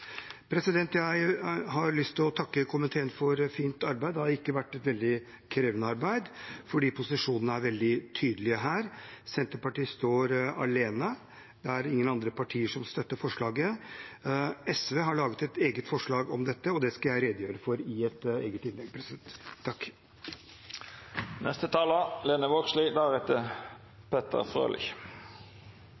Jeg har lyst til å takke komiteen for fint arbeid. Det har ikke vært et veldig krevende arbeid, fordi posisjonene er veldig tydelige her. Senterpartiet står alene, det er ingen andre partier som støtter forslaget. SV har laget et eget forslag om dette, og det skal jeg redegjøre for i et eget innlegg.